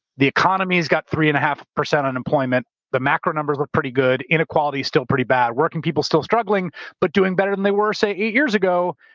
the economy has got three and a half percent unemployment. the macro numbers look pretty good. inequality is still pretty bad. working people still struggling but doing better than they were, say eight years ago.